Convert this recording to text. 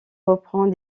reprend